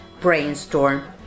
brainstorm